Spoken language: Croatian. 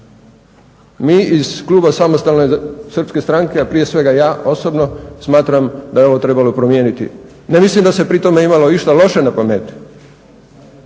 mi iz kluba SDSS-a, a prije svega ja osobno smatram da je ovo trebalo promijeniti. Ne mislim da se pritom imalo išta loše na pameti,